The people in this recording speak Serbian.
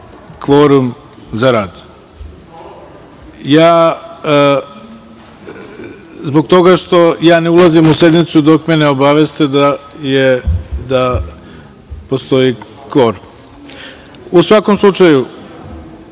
kvorum za rad, zbog toga što ja ne ulazim u salu dok me ne obaveste da postoji kvorum.U svakom slučaju,